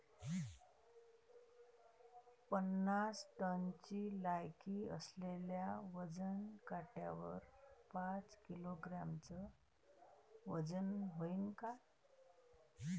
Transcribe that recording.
पन्नास टनची लायकी असलेल्या वजन काट्यावर पाच किलोग्रॅमचं वजन व्हईन का?